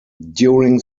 during